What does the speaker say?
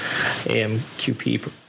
AMQP